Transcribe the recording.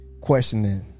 questioning